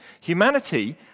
Humanity